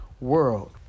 world